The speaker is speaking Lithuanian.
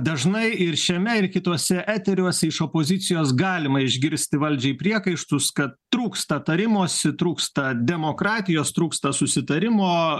dažnai ir šiame ir kituose eteriuose iš opozicijos galima išgirsti valdžiai priekaištus kad trūksta tarimosi trūksta demokratijos trūksta susitarimo